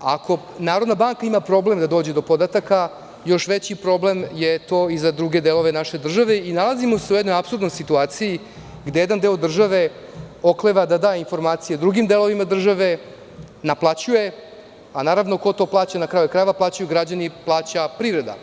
ako Narodna banka ima problem da dođe do podataka, još veći problem je to i za druge delove naše države i nalazimo se u jednoj apsurdnoj situaciji, gde jedan deo države okleva da dâ informacije drugim delovima države, naplaćuje, naravno ko to plaća na kraju krajeva, plaćaju građani, plaća privreda.